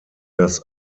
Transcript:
das